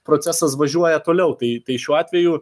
procesas važiuoja toliau tai tai šiuo atveju